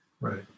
Right